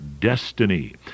destiny